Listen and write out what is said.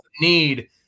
need